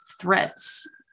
threats